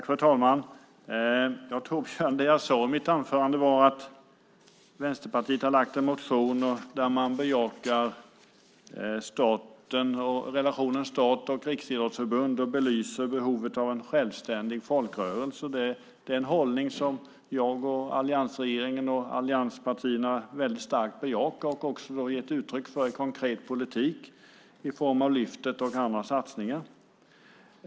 Fru talman! Det jag sade i mitt anförande var att Vänsterpartiet har väckt en motion där man bejakar relationen staten-Riksidrottsförbundet och belyser behovet av en självständig folkrörelse. Det är en hållning som jag, alliansregeringen och allianspartierna väldigt starkt bejakar och även har gett uttryck för i konkret politik i form av Lyftet och andra satsningar.